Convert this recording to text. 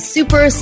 Super